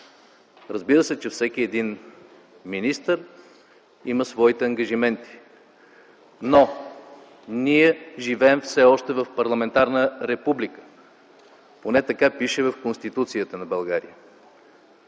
Разбира се, че всеки един министър има своите ангажименти, но ние живеем все още в парламентарна република, поне така пише в Конституцията на България.